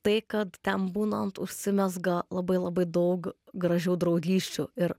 tai kad ten būnant užsimezga labai labai daug gražių draugysčių ir